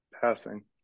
passing